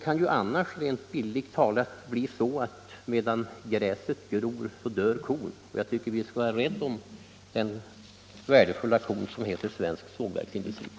Annars kan det bildligt talat bli så, att medan gräset gror dör kon. Jag tycker att vi skall vara rädda om den värdefulla ko som svensk sågverksindustri är.